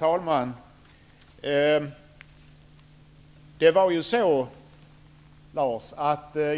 Herr talman!